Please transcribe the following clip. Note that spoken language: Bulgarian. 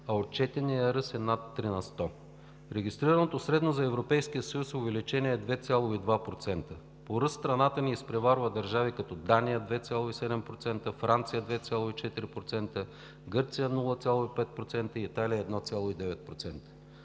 а отчетеният ръст е над 3 на сто. Регистрираното средно за Европейския съюз увеличение е от 2,2%. По ръст страната ни изпреварва държави като Дания – 2,7 %, Франция – 2,4%, Гърция – 0,5%, и Италия – 1,9%.